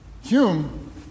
Hume